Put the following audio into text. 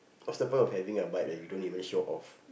what's the point of having a bike that you don't even show off